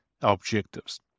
objectives